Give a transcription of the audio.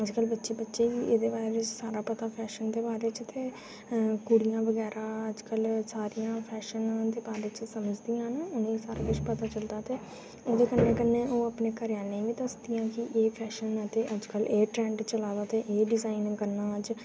अजकल बच्चे बच्चे गी पता एह्दे बारै च फैशन दे बारै च ते कुड़ियां बगैरा अजकल फैशन दे बारै च समझदियां न ते उ'नेंगी सारा किश पता चलदा ते कन्नै कन्नै ओह् अपने घरैआह्लें गी बी दसदियां के एह् फैशन ते अज्जकल एह् ट्रेंड चला दा ऐ ते एह् डिजाइन करना अज्ज